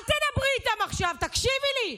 אל תדברי איתם עכשיו, תקשיבי לי.